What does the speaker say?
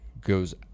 goes